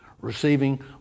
receiving